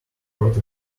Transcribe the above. brought